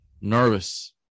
Nervous